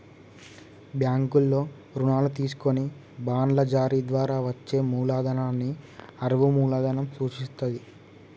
బ్యాంకుల్లో రుణాలు తీసుకొని బాండ్ల జారీ ద్వారా వచ్చే మూలధనాన్ని అరువు మూలధనం సూచిత్తది